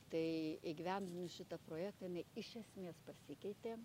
tai įgyvendinus šitą projektą jinai iš esmės pasikeitė